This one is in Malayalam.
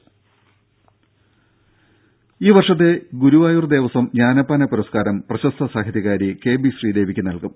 ദേദ ഈ വർഷത്തെ ഗുരുവായൂർ ദേവസ്വം ജ്ഞാനപ്പാന പുരസ്കാരം പ്രശസ്ത സാഹിത്യകാരി കെ ബി ശ്രീദേവിക്ക് നൽകും